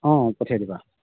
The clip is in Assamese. অঁ পঠিয়াই দিবা